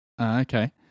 Okay